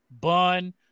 bun